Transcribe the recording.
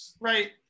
right